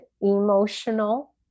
emotional